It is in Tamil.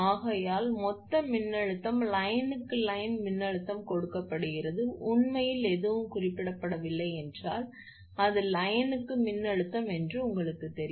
ஆகையால் மொத்த மின்னழுத்தம் லைன்க்கு லைன் மின்னழுத்தம் கொடுக்கப்படுகிறது உண்மையில் எதுவும் குறிப்பிடப்படவில்லை என்றால் அது லைன்க்கு மின்னழுத்தம் என்று உங்களுக்கு தெரியும்